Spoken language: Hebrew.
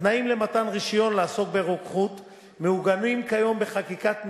התנאים למתן רשיון לעסוק ברוקחות מעוגנים כיום בחקיקת משנה,